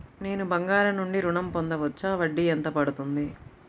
నేను బంగారం నుండి ఋణం పొందవచ్చా? వడ్డీ ఎంత పడుతుంది?